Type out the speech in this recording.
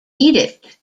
edict